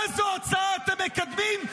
איזו הצעה אתם מקדמים,